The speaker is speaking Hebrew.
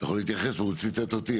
אתה יכול להתייחס, אבל הוא ציטט אותי.